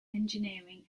engineering